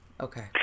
okay